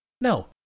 No